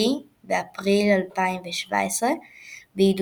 שבעקבותיה התפטר הנשיא ספ בלאטר,